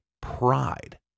pride